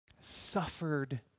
suffered